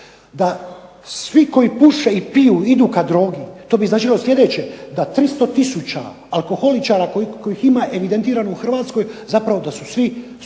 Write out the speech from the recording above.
Da svi koji puše i piju idu ka drogi. To bi značilo sljedeće da 300 tisuća alkoholičara kojih ima evidentirano u Hrvatskoj zapravo da su svi danas